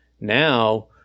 Now